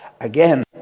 Again